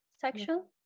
section